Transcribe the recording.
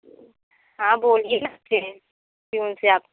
हाॅं बोलिए न पियोन से आप